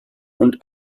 und